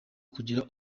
kugira